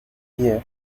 pie